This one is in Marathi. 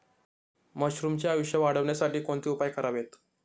मशरुमचे आयुष्य वाढवण्यासाठी कोणते उपाय करावेत?